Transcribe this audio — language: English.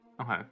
Okay